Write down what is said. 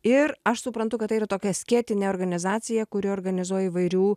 ir aš suprantu kad tai yra tokia skėtinė organizacija kuri organizuoja įvairių